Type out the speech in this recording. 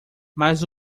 mais